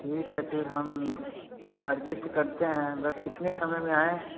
ठीक है फिर हम एडजस्ट करते हैं बट कितने समय में आएँ